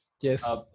Yes